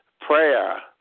prayer